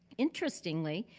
interestingly,